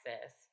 access